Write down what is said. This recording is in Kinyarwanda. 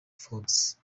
forbes